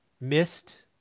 missed